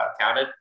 counted